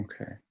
Okay